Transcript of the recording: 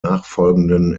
nachfolgenden